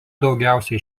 daugiausia